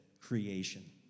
creation